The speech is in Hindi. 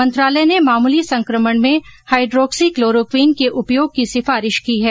मंत्रालय ने मामूली संक्रमण में हाइड्रोक्सी क्लोरोक्विन के उपयोग की सिफारिश की है